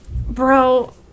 bro